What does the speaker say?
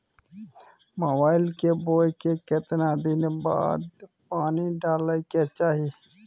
गेहूं के बोय के केतना दिन बाद पानी डालय के चाही?